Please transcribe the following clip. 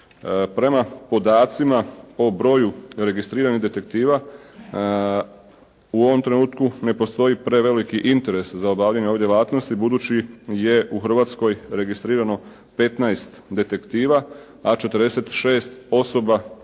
Prema podacima o broju registriranih detektiva u ovom trenutku ne postoji preveliki interes za obavljanje ove djelatnosti budući je u Hrvatskoj registrirano 15 detektiva, a 46 osoba ima